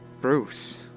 bruce